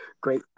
great